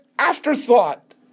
Afterthought